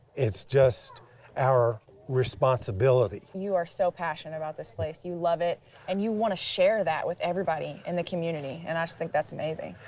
its just our responsibility. you are so passionate about this place. you love it and you want to share that with everybody in the community, and i just think that's amazing.